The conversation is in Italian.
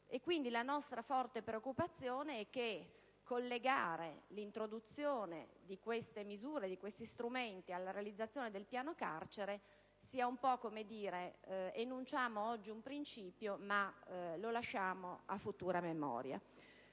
la nostra forte preoccupazione è che collegare l'introduzione di queste misure e di questi strumenti alla realizzazione del piano carceri sia un po' come enunciare oggi un principio per lasciarlo a futura memoria.